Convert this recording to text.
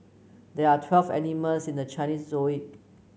there are twelve animals in the Chinese